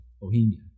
Bohemia